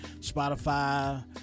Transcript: Spotify